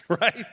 Right